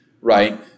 right